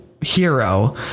hero